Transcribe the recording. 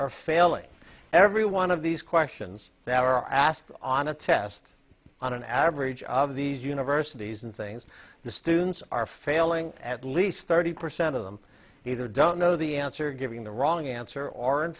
are failing every one of these questions that are asked on a test on an average of these universities and things the students are failing at least thirty percent of them either don't know the answer giving the wrong answer or in